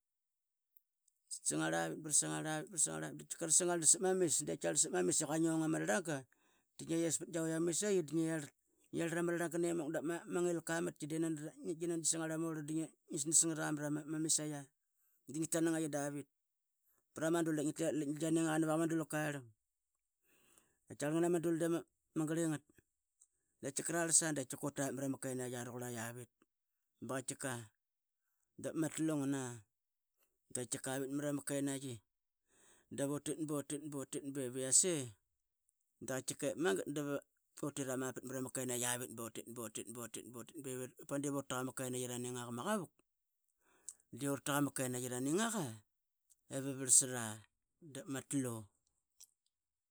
Sangarl a vit bra sangarl avit dia tkiqa ra sangarl sap ma mis I qua ngong am rarlanga dingia yespat qiavaitk ama misai qi di ngia yarlatk ama rarlanga nemuk dep ma ngil qa matki. Di nani gia sangarl ama orlan di ngi snas ngra mara ma misaia di ngi talki da vit pra ma dul. Dap ngi tli iaratk litk da gia ninga qa navra ma dul qatkiaqarl ngna ma dul di ama grlingat. Tkiqa rarlas di tit tira vit mara ma kenaiqi rauqurla iavit ba qatkiqa ba qatkiqa dap ma tlu ngan a da qatkiqa vit mara ma kenaiqi utit butit bu tit bi viase utira ma pit mara ma kenaiqi avit butit butit bu tit bi padip ura taq ama kenaiqi raringa qa ma qavuk di ur taq ama kenaiqi araninga qa I varlvarlsars. Dap matlu.